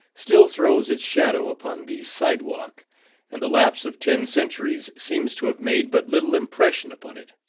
still throws its shadow upon the side-walk and the lapse of ten centuries seems to have made but little impression upon it.